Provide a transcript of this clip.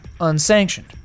unsanctioned